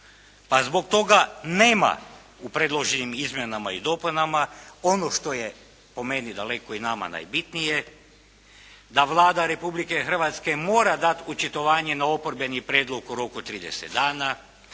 Pa zbog toga nema u predloženim izmjenama i dopunama ono što je po meni i nama daleko najbitnije, da Vlada Republike Hrvatske mora dat očitovanje na oporbeni prijedlog u roku od 30 dana,